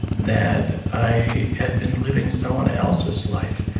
that i had been living someone else's life,